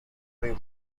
rim